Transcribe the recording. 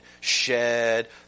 shed